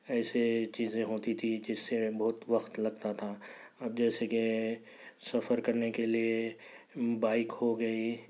ایسے چیزیں ہوتی تھی جس سے بہت وقت لگتا تھا اب جیسے کہ سفر کرنے کے لیے بائک ہو گئی